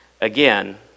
again